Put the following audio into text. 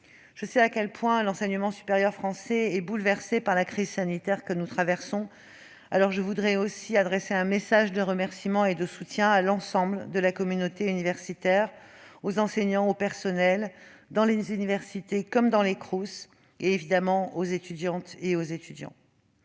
Je sais à quel point l'enseignement supérieur français est bouleversé par la crise sanitaire que nous traversons. Aussi, je voudrais adresser un message de remerciement et de soutien à l'ensemble de la communauté universitaire, aux enseignants, aux personnels, dans les universités et les Crous, ainsi que, évidemment, aux étudiantes et aux étudiants.